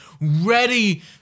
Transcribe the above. ready